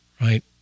right